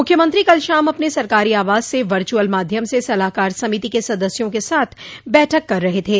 मुख्यमंत्री कल शाम अपने सरकारी आवास से वर्च्अल माध्यम से सलाहकार समिति के सदस्यों के साथ बैठक कर रहे थे